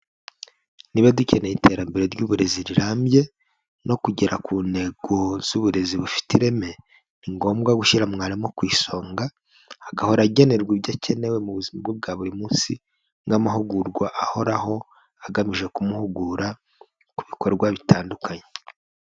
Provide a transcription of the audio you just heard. Niba dukeneye iterambere ry'uburezi rirambye, no kugera ku ntego z'uburezi bufite ireme, ni ngombwa gushyira mwarimu ku isonga, agahora agenerwa ibyo akeneye mu buzima bwe bwa buri munsi, nk'amahugurwa ahoraho agamije kumuhugura ku bikorwa bitandukanye.